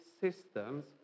systems